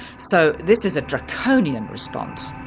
so this is a draconian response.